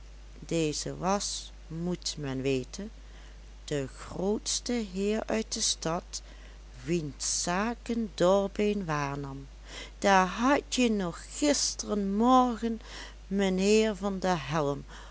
deze was moet men weten de grootste heer uit de stad wiens zaken dorbeen waarnam daar hadje nog gisteren morgen mijnheer van der helm